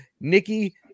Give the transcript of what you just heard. Nikki